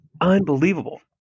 Unbelievable